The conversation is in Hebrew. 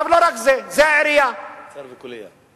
לא רק זה, זה העירייה, קצר וקולע.